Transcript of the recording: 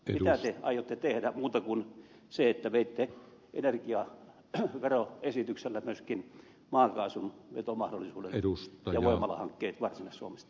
mitä te aiotte tehdä muuta kuin sen että veitte energiaveroesityksellä myöskin maakaasun vetomahdollisuuden ja voimalahankkeet varsinais suomesta